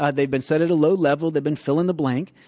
ah they've been set at a low level. they've been fill in the blank.